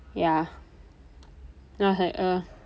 ya I was like ugh